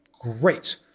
Great